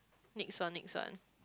next one next one